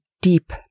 deep